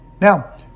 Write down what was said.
Now